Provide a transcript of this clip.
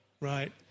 right